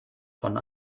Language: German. von